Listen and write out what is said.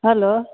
hello